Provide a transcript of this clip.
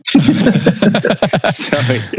sorry